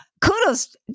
kudos